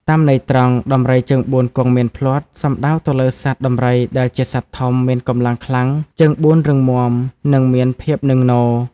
តាមន័យត្រង់ ដំរីជើងបួនគង់មានភ្លាត់ សំដៅទៅលើសត្វដំរីដែលជាសត្វធំ មានកម្លាំងខ្លាំង ជើងបួនរឹងមាំ និងមានភាពនឹងនរ។